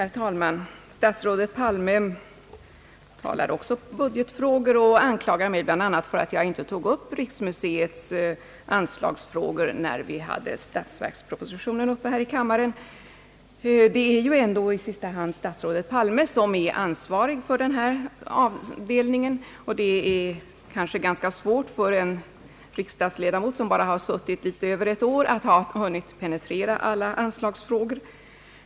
Herr talman! Statsrådet Palme talade också budgetfrågor och anklagade mig bland annat för att jag inte tog upp riksmuseets anslagsfrågor när vi hade statsverkspropositionen till behandling här i kammaren. Det är ju ändå i sista hand statsrådet Palme som är ansvarig för den här avdelningen, och det är kanske svårt för en riksdagsledamot, som bara har suttit litet över ett år, att ha hunnit penetrera alla anslagsfrågor.